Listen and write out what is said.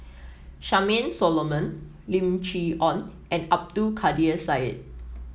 Charmaine Solomon Lim Chee Onn and Abdul Kadir Syed